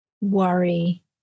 worry